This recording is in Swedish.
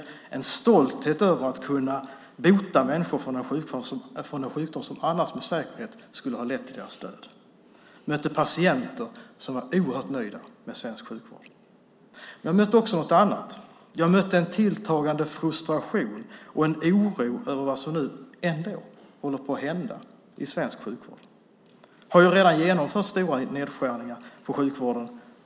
Jag mötte en stolthet över att kunna bota människor från en sjukdom som annars med säkerhet skulle ha lett till döden. Jag mötte patienter som var oerhört nöjda med svensk sjukvård. Men jag mötte också någonting annat. Jag mötte nämligen också en tilltagande frustration och en oro över vad som ändå håller på att hända i svensk sjukvård. Det har redan genomförts stora nedskärningar i sjukvården.